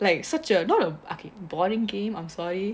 like such a not a ah K boring game I'm sorry